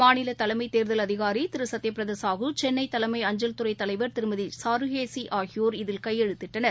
மாநிலத்தலைமைத் தேர்தல் அதிகாரி திரு சத்யபிரத சாஹூ சென்னை தலைமை அஞ்சல்துறை தலைவர் திருமதி சாருகேசி ஆகியோர் இதில் கையெழுத்திட்டனர்